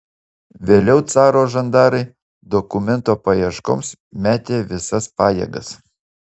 vėliau caro žandarai dokumento paieškoms metė visas pajėgas